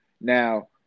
Now